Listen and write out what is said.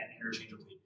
interchangeably